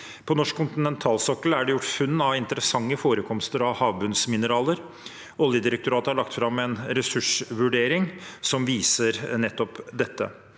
På norsk kontinentalsokkel er det gjort funn av interessante forekomster av havbunnsmineraler. Oljedirektoratet har lagt fram en ressursvurdering som viser nettopp dette.